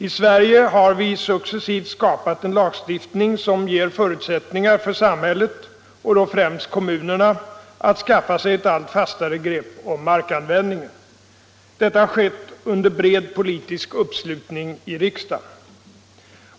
I Sverige har vi successivt skapat en lagstiftning som ger förutsättningar för samhället och då främst kommunerna att skaffa sig ett allt fastare grepp om markanvändningen. Detta har skett under bred politisk uppslutning i riksdagen.